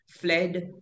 fled